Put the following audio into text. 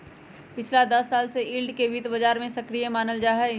पिछला दस साल से यील्ड के वित्त बाजार में सक्रिय मानल जाहई